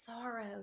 sorrow